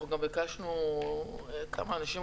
גם ביקשנו כמה אנשים,